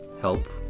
help